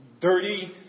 dirty